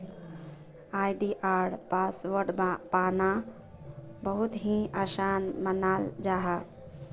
आई.डी.आर password पाना बहुत ही आसान मानाल जाहा